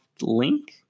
link